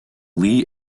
lee